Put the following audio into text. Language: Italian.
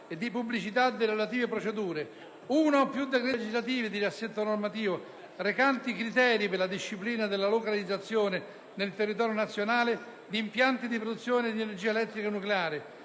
e di pubblicità delle relative procedure; uno o più decreti legislativi di riassetto normativo recanti criteri per la disciplina della localizzazione nel territorio nazionale di impianti di produzione di energia elettrica nucleare,